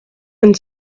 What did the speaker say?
and